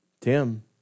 Tim